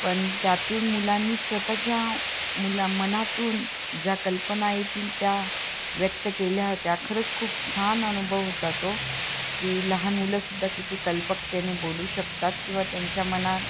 पण त्यातून मुलांनी स्वतः च्या मुला मनातून ज्या कल्पना येतील त्या व्यक्त केल्या होत्या खरंच खूप छान अनुभव होता तो की लहान मुलंसुद्धा किती कल्पकतेने बोलू शकतात किंवा त्यांच्या मनात